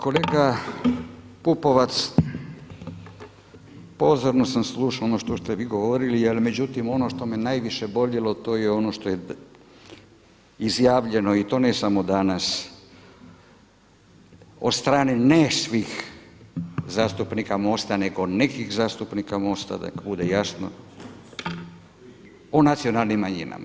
Kolega Pupovac, pozorno sam slušao ono što ste vi govorili ali međutim ono što me najviše boljelo to je ono što je izjavljeno i to ne samo danas od strane ne svih zastupnika MOST-a nego nekih zastupnika MOST-a, neka bude jasno, o nacionalnim manjinama.